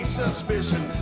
suspicion